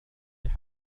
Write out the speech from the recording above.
تصبح